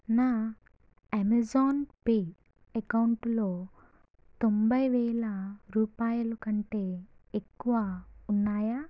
నా Amazon Pay అకౌంటులో తొంభైవేల రూపాయల కంటే ఎక్కువ ఉన్నాయా